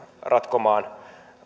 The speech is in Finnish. ratkomaan